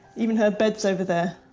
even her bed's over there.